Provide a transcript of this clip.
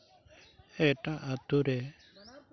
ᱮᱴᱟᱜ ᱟᱛᱳ ᱨᱮ